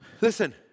Listen